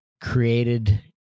created